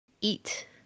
eat